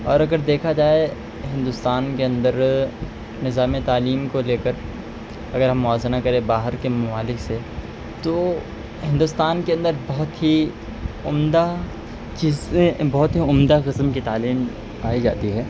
اور اگر دیکھا جائے ہندوستان کے اندر نظام تعلیم کو لے کر اگر ہم موازنہ کریں باہر کے ممالک سے تو ہندوستان کے اندر بہت ہی عمدہ چیزیں بہت ہی عمدہ قسم کی تعلیم پائی جاتی ہے